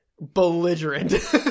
belligerent